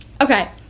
Okay